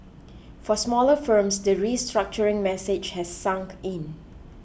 for smaller firms the restructuring message has sunk in